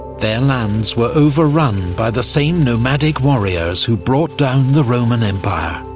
their lands were overrun by the same nomadic warriors who brought down the roman empire.